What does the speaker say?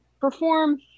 perform